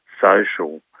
social